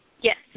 Yes